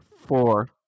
four